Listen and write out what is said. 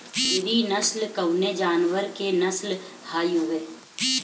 गिरी नश्ल कवने जानवर के नस्ल हयुवे?